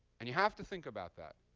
and you have to think about that.